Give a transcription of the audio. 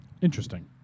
Interesting